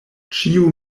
ĉiu